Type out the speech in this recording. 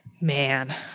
man